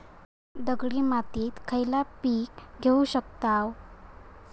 दगडी मातीत खयला पीक घेव शकताव?